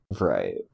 Right